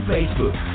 Facebook